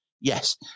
Yes